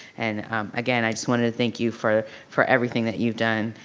and again, i just wanted to thank you for for everything that you've done,